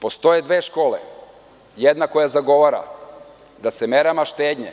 Postoje dve škole, jedna koja zagovara da se merama štednje,